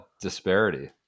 disparity